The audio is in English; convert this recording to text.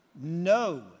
No